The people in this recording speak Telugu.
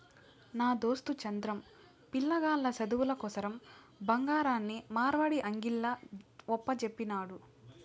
నా దోస్తు చంద్రం, పిలగాల్ల సదువుల కోసరం బంగారాన్ని మార్వడీ అంగిల్ల ఒప్పజెప్పినాడు